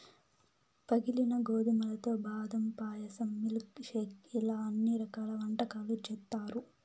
పగిలిన గోధుమలతో బాదం పాయసం, మిల్క్ షేక్ ఇలా అన్ని రకాల వంటకాలు చేత్తారు